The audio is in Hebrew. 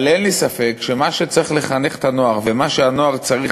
אבל אין לי ספק שמה שצריך לחנך אליו את הנוער ומה שהנוער צריך